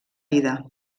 vida